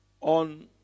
on